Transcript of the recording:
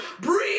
Breathe